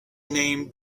named